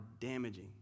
damaging